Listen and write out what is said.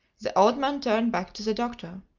the old man turned back to the doctor.